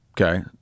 okay